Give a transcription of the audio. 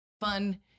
fun